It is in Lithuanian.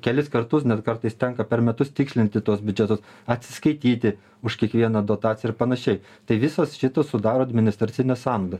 kelis kartus net kartais tenka per metus tikslinti tuos biudžetus atsiskaityti už kiekvieną dotaciją ir panašiai tai visos šitos sudaro administracinę sąnaudą